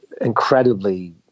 Incredibly